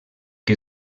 que